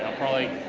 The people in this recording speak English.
probably